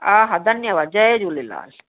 हा हा धन्यवाद जय झूलेलाल